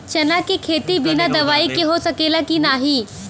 चना के खेती बिना दवाई के हो सकेला की नाही?